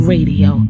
Radio